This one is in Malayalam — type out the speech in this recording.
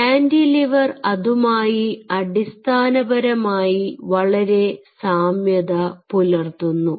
കാന്റിലിവർ അതുമായി അടിസ്ഥാനപരമായി വളരെ സാമ്യത പുലർത്തുന്നു